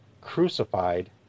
crucified